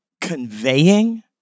conveying